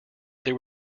there